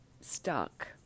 stuck